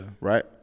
right